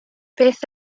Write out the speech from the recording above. beth